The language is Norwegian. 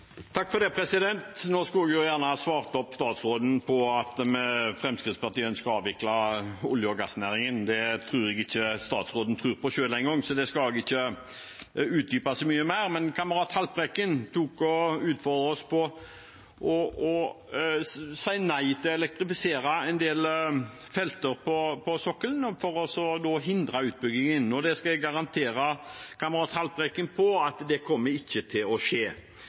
Nå skulle jeg gjerne ha svart statsråden på det om at Fremskrittspartiet ønsker å avvikle olje- og gassnæringen. Det tror jeg ikke statsråden tror på selv engang, så det skal jeg ikke utdype så mye mer. Men kamerat Haltbrekken utfordret oss til å si nei til å elektrifisere en del felter på sokkelen for å hindre utbyggingen. Det skal jeg garantere kamerat Haltbrekken om at ikke kommer til å skje. Når Fremskrittspartiet er motstander av elektrifisering, er det som et klimatiltak. Wisting er et prosjekt som det ikke er gass nok til å